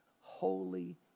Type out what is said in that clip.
holy